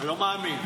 לא מאמין.